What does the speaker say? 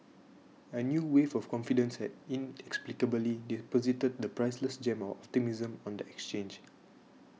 a new wave of confidence had inexplicably deposited the priceless gem of optimism on the exchange